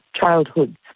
childhoods